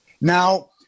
Now